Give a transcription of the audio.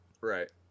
Right